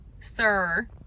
sir